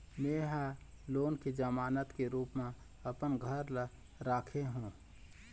में ह लोन के जमानत के रूप म अपन घर ला राखे हों